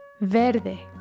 Verde